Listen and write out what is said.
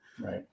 Right